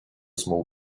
small